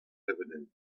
evident